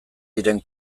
diren